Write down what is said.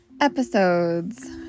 episodes